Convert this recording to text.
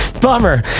Bummer